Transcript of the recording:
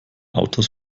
autos